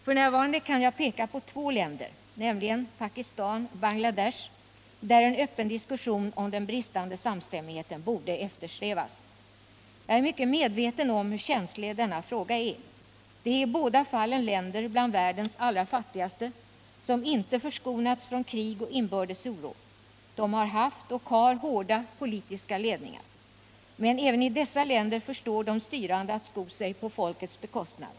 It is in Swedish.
F. n. kan jag peka på två länder, nämligen Pakistan och Bangladesh, där en öppen diskussion om den bristande samstämmigheten borde eftersträvas. Jag är mycket medveten om hur känslig denna fråga är. Det är i båda fallen länder bland världens allra fattigaste som inte förskonats från krig och inbördes oro. De har haft och har hårda politiska ledningar. Men även i dessa länder förstår de styrande att sko sig på folkets bekostnad.